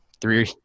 three